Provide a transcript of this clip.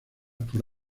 por